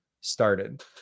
started